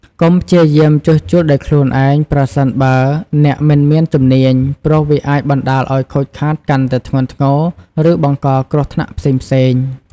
កុំព្យាយាមជួសជុលដោយខ្លួនឯង ប្រសិនបើអ្នកមិនមានជំនាញ ព្រោះវាអាចបណ្ដាលឱ្យខូចខាតកាន់តែធ្ងន់ធ្ងរ ឬបង្កគ្រោះថ្នាក់ផ្សេងៗ។